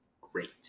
great